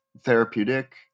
therapeutic